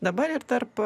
dabar ir tarp